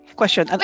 question